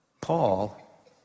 Paul